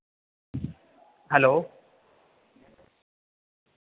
hello